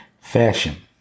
fashion